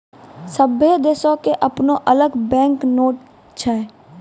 सभ्भे देशो के अपनो अलग बैंक नोट छै